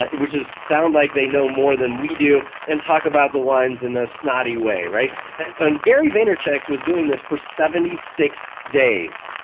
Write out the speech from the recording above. which is sound like they know more than we do and talk about the wines in a snotty way. and um gary vaynerchuk was doing this for seventy six days,